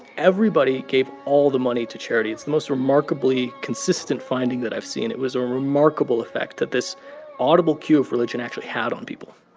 everybody gave all the money to charity. it's the most remarkably consistent finding that i've seen. it was a remarkable effect that this audible queue of religion actually had on people